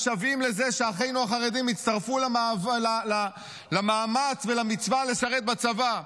משוועים לזה שאחינו החרדים יצטרפו למאמץ ולמצווה לשרת בצבא.